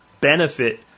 benefit